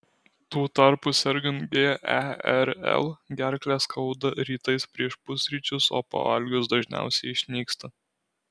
tuo tarpu sergant gerl gerklę skauda rytais prieš pusryčius o pavalgius dažniausiai išnyksta